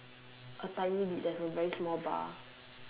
a tiny bit there's a very small bar